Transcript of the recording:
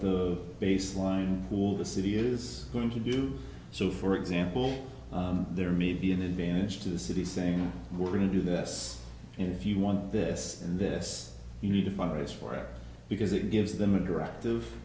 the baseline pool the city is going to do so for example there may be an advantage to the city saying we're going to do this if you want this and this you need to fundraise for it because it gives them a directive